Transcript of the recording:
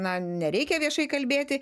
na nereikia viešai kalbėti